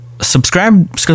subscribe